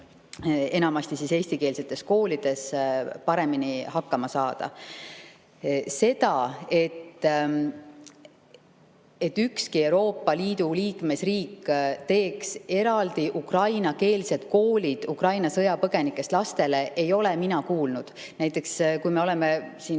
enamasti eestikeelsetes koolides paremini hakkama saada. Seda, et üks Euroopa Liidu liikmesriik teeks eraldi ukrainakeelsed koolid Ukraina sõjapõgenikest lastele, ei ole mina kuulnud. Näiteks kui oleme vist